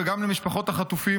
וגם למשפחות החטופים,